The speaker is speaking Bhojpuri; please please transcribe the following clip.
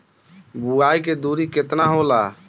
बुआई के दूरी केतना होला?